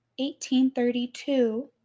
1832